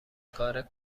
کاره